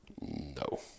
No